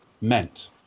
meant